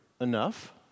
enough